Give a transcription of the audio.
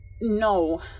No